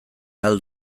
ahal